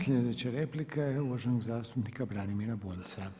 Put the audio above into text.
Sljedeća replika je uvaženog zastupnika Branimira Bunjca.